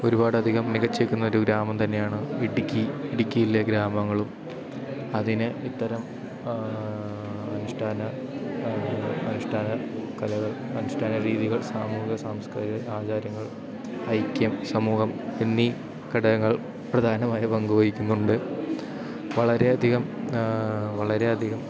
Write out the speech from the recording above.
ഒരുപാടധികം മികച്ചു നിൽക്കുന്നൊരു ഗ്രാമം തന്നെയാണ് ഇടുക്കി ഇടിക്കിയിലെ ഗ്രാമങ്ങളും അതിന് ഇത്തരം അനുഷ്ഠാന അനുഷ്ഠാന കലകൾ അനുഷ്ഠാന രീതികൾ സാമൂഹിക സാംസ്കാരിക ആചാരങ്ങൾ ഐക്യം സമൂഹം എന്നീ ഘടകങ്ങൾ പ്രധാനമായ പങ്കുവഹിക്കുന്നുണ്ട് വളരേ അധികം വളരേയധികം